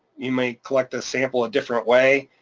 you may collect a sample a different way,